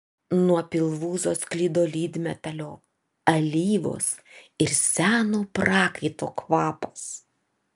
nuo pilvūzo sklido lydmetalio alyvos ir seno prakaito kvapas